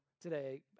today